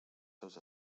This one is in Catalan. seus